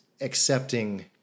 accepting